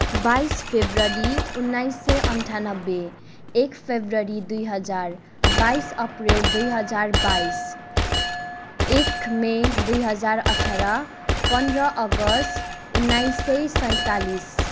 बाइस फेब्रुअरी उन्नाइस सय अन्ठानब्बे एक फेब्रुअरी दुई हजार बाइस अप्रेल दुई हजार बाइस एक मे दुई हजार अठार पन्ध्र अगस्त उन्नाइस सय सैँतालिस